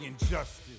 Injustice